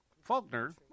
Faulkner